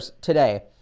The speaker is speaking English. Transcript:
today